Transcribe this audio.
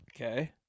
Okay